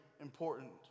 important